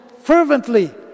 fervently